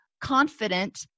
confident